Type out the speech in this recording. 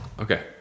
Okay